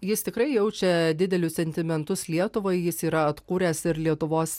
jis tikrai jaučia didelius sentimentus lietuvai jis yra atkūręs ir lietuvos